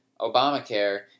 Obamacare